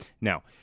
Now